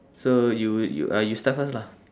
so you you ah you start first lah